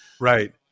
right